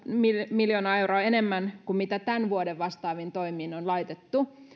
miljoonaa euroa enemmän kuin mitä tämän vuoden vastaaviin toimiin on laitettu